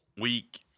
week